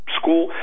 school